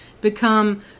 become